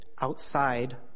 outside